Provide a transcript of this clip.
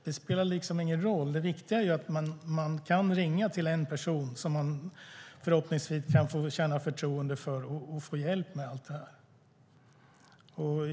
Det viktiga är att man kan ringa till en person som man förhoppningsvis kan känna förtroende för och få hjälp med allt detta.